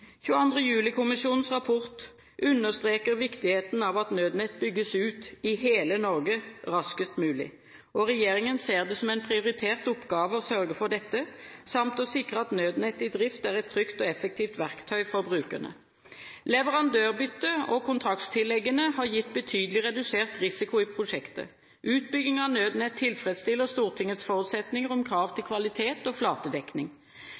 rapport understreker viktigheten av at Nødnett bygges ut i hele Norge raskest mulig. Regjeringen ser det som en prioritert oppgave å sørge for dette samt å sikre at Nødnett i drift er et trygt og effektivt verktøy for brukerne. Leverandørbyttet og kontraktstilleggene har gitt betydelig redusert risiko i prosjektet. Utbyggingen av Nødnett tilfredsstiller Stortingets forutsetninger om krav til kvalitet og flatedekning.